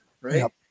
right